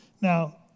Now